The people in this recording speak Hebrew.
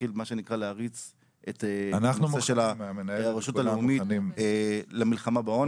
ונתחיל להריץ את הנושא של הרשות הלאומית למלחמה בעוני.